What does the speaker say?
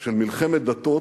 של מלחמת דתות,